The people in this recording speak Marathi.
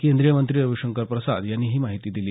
केंद्रीय मंत्री रविशंकर प्रसाद यांनी ही माहिती दिली